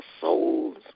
souls